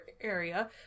area